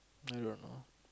I don't know